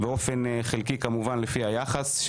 באופן חלקי כמובן לפי היחס,